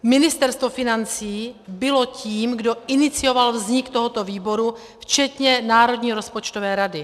Ministerstvo financí bylo tím, kdo inicioval vznik tohoto výboru včetně Národní rozpočtové rady.